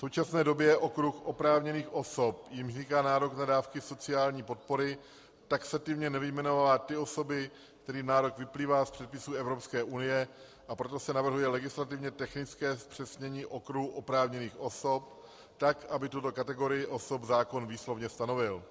V současné době okruh oprávněných osob, jimž vzniká nárok na dávky sociální podpory, taxativně nevyjmenovává ty osoby, kterým návrh vyplývá z předpisů Evropské unie, a proto se navrhuje legislativně technické zpřesnění okruhu oprávněných osob tak, aby tuto kategorii osob zákon výslovně stanovil.